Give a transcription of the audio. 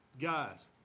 Guys